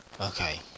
Okay